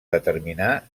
determinar